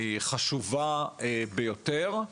היא חשובה ביותר.